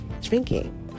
drinking